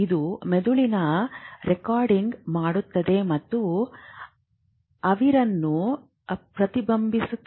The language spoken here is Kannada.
ಇದು ಮೆದುಳಿನ ರೆಕಾರ್ಡಿಂಗ್ ಮಾಡುತ್ತದೆ ಮತ್ತು ಅರಿವನ್ನು ಪ್ರತಿಬಿಂಬಿಸುತ್ತದೆ